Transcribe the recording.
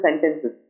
sentences